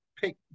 pick